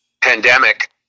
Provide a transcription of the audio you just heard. pandemic